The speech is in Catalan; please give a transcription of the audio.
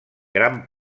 gran